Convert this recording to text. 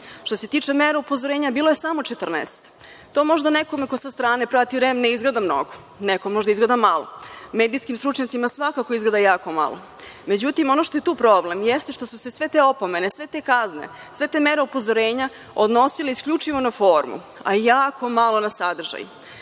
Što se tiče mera upozorenja bilo je samo 14. To možda nekome ko sa strane prati REM ne izgleda mnogo, nekom možda izgleda malo. Medijskim stručnjacima svakako izgleda jako malo.Međutim, ono što je tu problem jeste, što su se sve te opomene, sve te kazne, sve te mere upozorenja odnosile isključivo na formu, a jako malo na sadržaj.